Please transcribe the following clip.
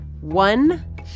one